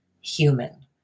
human